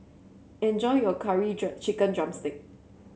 enjoy your Curry Chicken drumstick